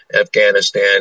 Afghanistan